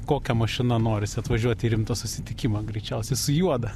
kokia mašina norisi atvažiuoti į rimtą susitikimą greičiausiai su juoda